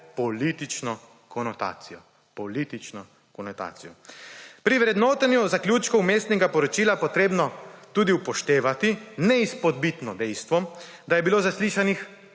Politično konotacijo. Pri vrednotenju zaključkov Vmesnega poročila je treba tudi upoštevati neizpodbitno dejstvo, da je bilo zaslišanih